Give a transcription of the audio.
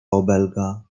obelga